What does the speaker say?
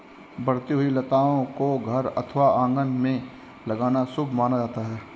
बढ़ती हुई लताओं को घर अथवा आंगन में लगाना शुभ माना जाता है